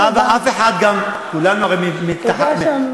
זהבה, אף אחד גם, כולנו הרי, תודה ששיתפת אותנו.